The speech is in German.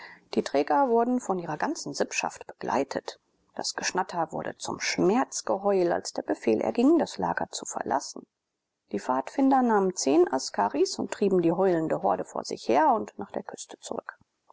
die träger wurden von ihrer ganzen sippschaft begleitet das geschnatter wurde zum schmerzgeheul als der befehl erging das lager zu verlassen die pfadfinder nahmen zehn askaris und trieben die heulende horde vor sich her und nach der küste zurück